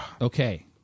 Okay